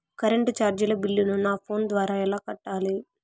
Current చార్జీల బిల్లును, నా ఫోను ద్వారా ఎలా కట్టాలి?